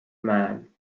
man